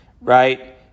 right